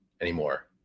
anymore